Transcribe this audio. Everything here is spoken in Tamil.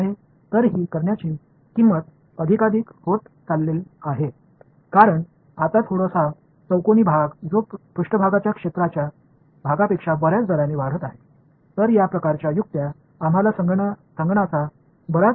எனவே இதைச் செய்வதற்கான செலவு மேலும் மேலும் அதிகமாகப் போகிறது ஏனென்றால் இப்போது அந்த வால்யூம் உருவாக்கும் ஒரு சிறிய க்யூப்ஸ் மேற்பரப்பு பகுதியை விட மிக அதிக விகிதத்தில் அதிகரித்து வருகிறது